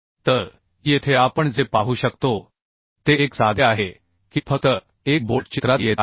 तर येथे आपण जे पाहू शकतो ते एक साधे आहे की फक्त एक बोल्ट चित्रात येत आहे